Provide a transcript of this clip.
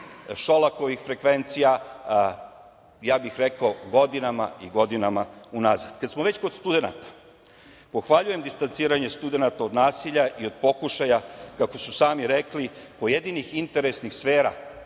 Šolakovih frekvencija, rekao bih godinama i godinama unazad. Kada smo već kod studenata, pohvaljujem distanciranje studenata od nasilje i od pokušaja kako su sami rekli pojedinih interesnih sfera,